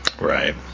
Right